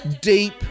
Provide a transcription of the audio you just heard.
deep